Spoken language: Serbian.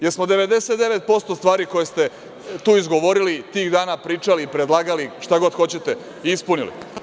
Jel smo 99% stvari koje ste tu izgovorili, tih dana pričali, predlagali, šta god hoćete, ispunili?